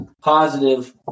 positive